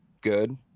good